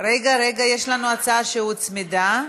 יש לנו הצעה שהוצמדה.